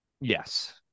Yes